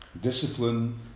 discipline